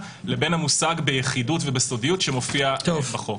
לבין המושג ביחידות וביסודיות שמופיע בחוק.